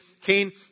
Cain